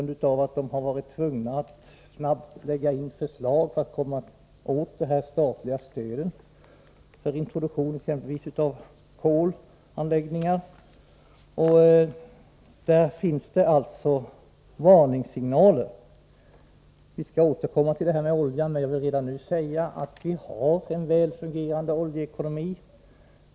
De har varit tvungna att snabbt lägga fram förslag för att kunna komma åt det statliga stödet för introdukiion av exempelvis kolanläggningar. Där finns varningssignaler. Jag skall återkomma till detta med oljan, men jag vill redan nu säga att Sverige har en väl fungerande oljeekonomi.